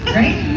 right